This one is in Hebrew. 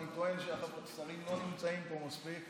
אני טוען שהשרים לא נמצאים פה מספיק.